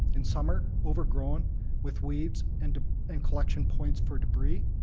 in summer overgrown with weeds and and collection points for debris.